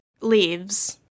leaves